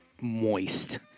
moist